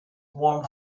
warm